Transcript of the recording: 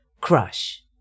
crush